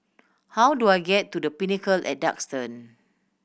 how do I get to The Pinnacle at Duxton